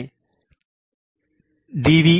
இதனை டி